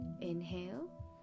Inhale